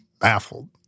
baffled